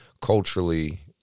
culturally